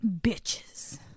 bitches